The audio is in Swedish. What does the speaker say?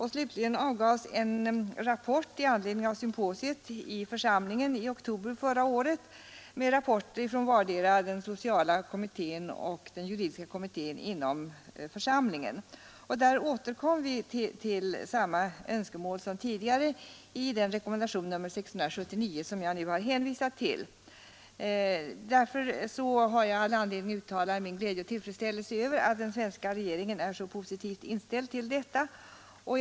Resultatet av symposiet redovisades inför församlingen i oktober förra året med rapporter från den sociala kommittén och från den juridiska kommittén inom församlingen. Där återkom vi med samma önskemål som tidigare i den rekommendation, nr 679, som jag har hänvisat till i min fråga. Därför har jag all anledning att uttala min glädje och tillfredsställelse över att den svenska regeringen är så positivt inställd till detta problem.